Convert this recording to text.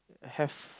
have